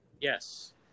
Yes